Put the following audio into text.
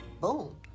Boom